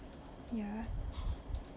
ya